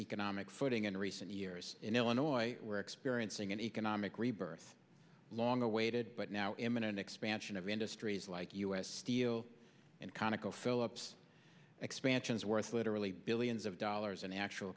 economic footing in recent years in illinois were experiencing an economic rebirth long awaited but now him in an expansion of industries like u s steel and conoco phillips expansions worth literally billions of dollars in actual